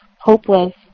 hopeless